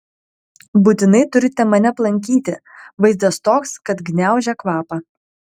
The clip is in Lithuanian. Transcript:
būtinai turite mane aplankyti vaizdas toks kad gniaužia kvapą